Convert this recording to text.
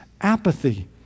apathy